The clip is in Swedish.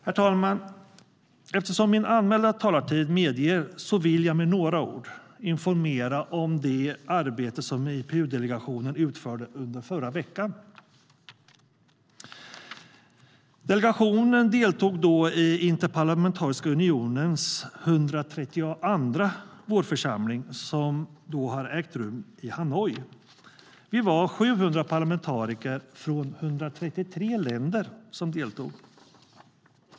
Herr talman! Eftersom min anmälda talartid så medger vill jag med några ord informera om det arbete som IPU-delegationen utförde under förra veckan. Delegationen deltog då i Interparlamentariska unionens 132:a vårförsamling som ägde rum i Hanoi. Vi var 700 parlamentariker från 133 länder som deltog.